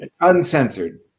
Uncensored